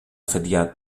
αφεντιά